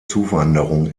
zuwanderung